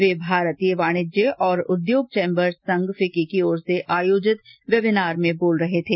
वे भारतीय याणिज्य और उद्योग चैंबर्स संघ फिक्की की ओर से आयोजित वेबिनार में बोल रहे थे